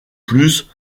plus